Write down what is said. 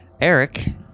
eric